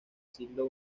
siglo